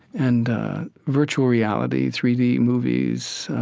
and virtual reality, three d movies,